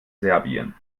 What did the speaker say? serbien